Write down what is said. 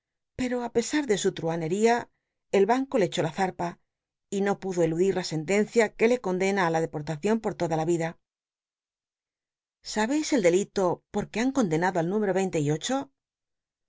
pco ü pesa de su ttuaneria el banco le echó la zarpa y no pudo eludir la sentencia que le condena á la depotacion por toda la yida sabcis el delito por que han condenado al númco ycin l e y ocho